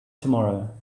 tomorrow